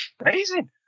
Amazing